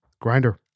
Grinder